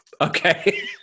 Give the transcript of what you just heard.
Okay